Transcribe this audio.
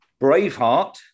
Braveheart